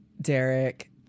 Derek